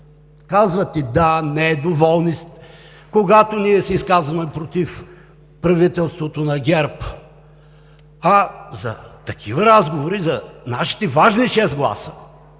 казвате „да“, „не“, доволни сте, когато ние се изказваме против правителството на ГЕРБ. За такива разговори за нашите важни шест гласа